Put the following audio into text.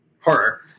horror